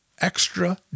extra